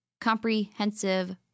comprehensive